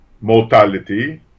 mortality